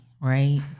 right